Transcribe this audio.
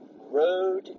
Road